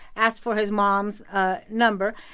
asked for his mom's ah number.